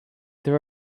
there